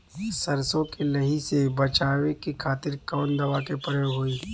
सरसो के लही से बचावे के खातिर कवन दवा के प्रयोग होई?